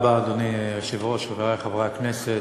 אדוני היושב-ראש, תודה רבה, חברי חברי הכנסת,